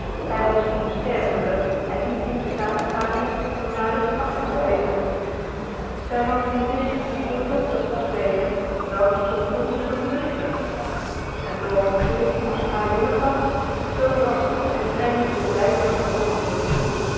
hij was toen stervende en niet in staat haar eerste toenadering af te wijzen zij had die zin om voor dokter te spelen welke sommige honden bezitten en zoals een moederpoes haar jongen wast zo waste en reinigde zij buck's wonden